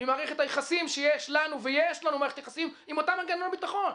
ממערכת היחסים שיש לנו ויש לנו מערכת יחסים עם אותם מנגנוני ביטחון,